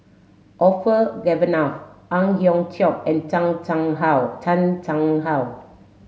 Orfeur Cavenagh Ang Hiong Chiok and Chang Chang How Chan Chang How